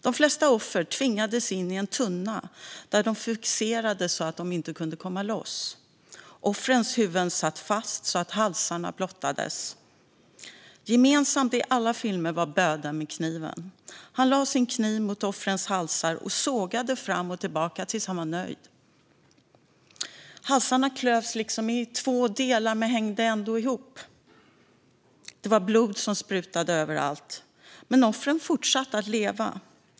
De flesta offer tvingades in i en tunna där de fixerades så att de inte kunde komma loss. Offrens huvuden satt fast så att halsar blottades. Gemensamt i alla filmer var bödeln med kniven. Han lade sin kniv mot offrens halsar och sågade fram och tillbaka tills han var nöjd. Halsarna klövs liksom i två delar men hängde ändå ihop. Blod sprutade överallt. Men offren fortsatte att leva.